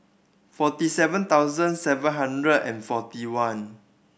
forty seven thousand seven hundred and forty one